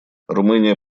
румыния